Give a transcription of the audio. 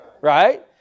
right